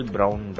Brown